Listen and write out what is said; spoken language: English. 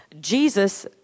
Jesus